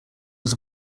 was